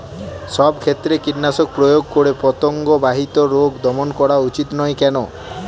সব ক্ষেত্রে কীটনাশক প্রয়োগ করে পতঙ্গ বাহিত রোগ দমন করা উচিৎ নয় কেন?